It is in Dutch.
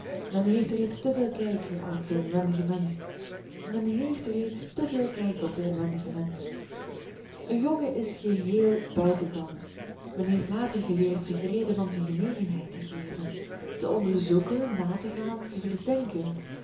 men kent alsdan elkander te veel te veel van nabij men heeft reeds te veel kijk op den inwendigen mensch een jongen is geheel buitenkant men heeft later geleerd zich rede van zijn genegenheid te geven te onderzoeken na te gaan te verdenken